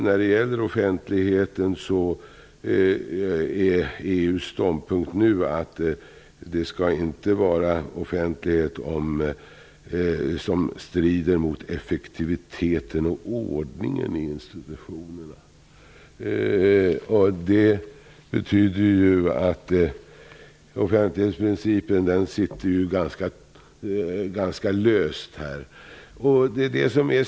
Jag vill bara säga att EU:s ståndpunkt nu är att det inte skall vara någon offentlighet som strider mot effektiviteten och ordningen i institutionerna. Det betyder att offentlighetsprincipen sitter ganska löst.